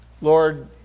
Lord